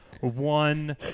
one